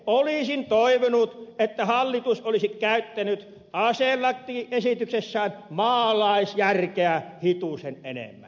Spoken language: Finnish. olisin toivonut että hallitus olisi käyttänyt olla siellä esityksessä on maalla aselakiesityksessään maalaisjärkeä hitusen enemmän